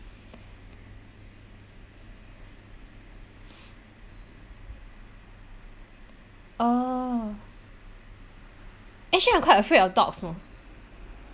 oh actually I'm quite afraid of dogs oh